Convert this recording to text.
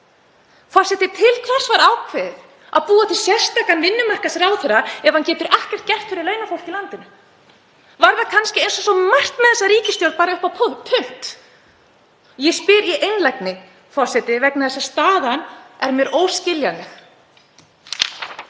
Forseti. Til hvers var ákveðið að búa til sérstakan vinnumarkaðsráðherra ef hann getur ekkert gert fyrir launafólk í landinu? Var það kannski, eins og svo margt með þessa ríkisstjórn, bara uppi á punt? Ég spyr í einlægni, forseti, vegna þess að staðan er mér óskiljanleg.